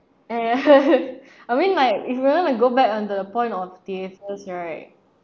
and I mean like if you wan to go back on the point of theatres right